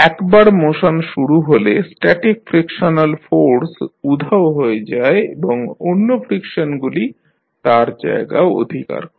একবার মোশন শুরু হলে স্ট্যাটিক ফ্রিকশনাল ফোর্স উধাও হয়ে যায় এবং অন্য ফ্রিকশনগুলি তার জায়গা অধিকার করে